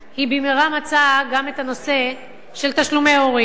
היא במהרה מצאה גם את הנושא של תשלומי הורים,